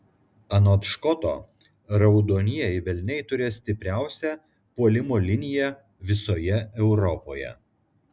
anot škoto raudonieji velniai turės stipriausią puolimo liniją visoje europoje